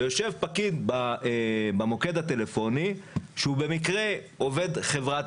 ויושב פקיד במוקד הטלפוני שהוא במקרה עובד חברת